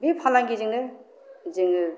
बे फालांगिजोंनो जोङो